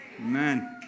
Amen